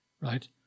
right